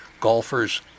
Golfers